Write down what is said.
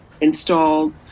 installed